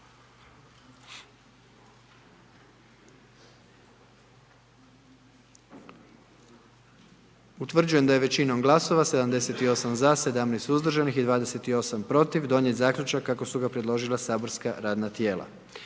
Utvrđujem da je većinom glasova 78 za i 1 suzdržan i 20 protiv donijet zaključak kako ga je predložilo matično saborsko radno tijelo.